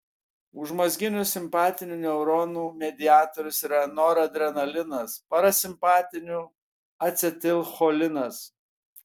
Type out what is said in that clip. užmazginių simpatinių neuronų mediatorius yra noradrenalinas parasimpatinių acetilcholinas